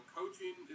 coaching